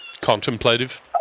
Contemplative